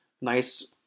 nice